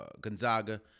Gonzaga